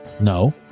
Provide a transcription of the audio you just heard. No